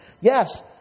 Yes